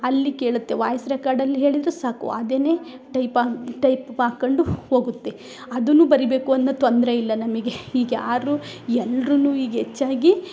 ಅಲ್ಲಿ ಕೇಳುತ್ತೆ ವಾಯ್ಸ್ ರೆಕಾರ್ಡ್ಡಲ್ಲಿ ಹೇಳಿದ್ರೆ ಸಾಕು ಅದನ್ನೆ ಟೈಪಾಗಿ ಟೈಪ್ ಹಾಕೊಂಡು ಹೋಗುತ್ತೆ ಅದನ್ನು ಬರಿಬೇಕು ಅನ್ನೊ ತೊಂದರೆ ಇಲ್ಲ ನಮಗೆ ಈಗಯಾರು ಎಲ್ರು ಈಗ ಹೆಚ್ಚಾಗಿ